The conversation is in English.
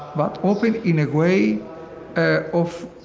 but open in a way ah of